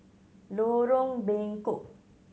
Lorong Bengkok